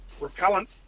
Repellent